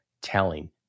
telling